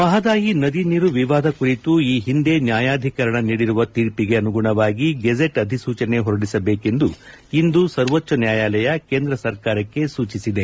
ಮಹದಾಯಿ ನದಿ ನೀರು ವಿವಾದ ಕುರಿತು ಈ ಹಿಂದೆ ನ್ನಾಯಧೀಕರಣ ನೀಡಿರುವ ತೀರ್ಖಗೆ ಅನುಗುಣವಾಗಿ ಗೆಜೆಟ್ ಅಧಿಸೂಚನೆ ಹೊರಡಿಸಬೇಕೆಂದು ಇಂದು ಸರ್ವೋಚ್ಚ ನ್ಯಾಯಾಲಯ ಕೇಂದ್ರ ಸರ್ಕಾರಕ್ಕೆ ಸೂಚಿಸಿದೆ